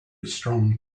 strong